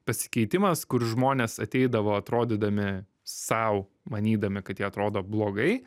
pasikeitimas kur žmonės ateidavo atrodydami sau manydami kad jie atrodo blogai